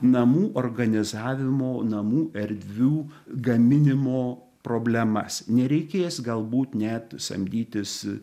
namų organizavimo namų erdvių gaminimo problemas nereikės galbūt net samdytis